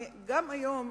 גם היום,